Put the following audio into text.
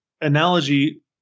analogy